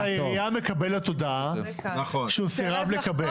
אז העירייה מקבלת הודעה שהוא סירב לקבל.